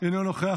אינו נוכח,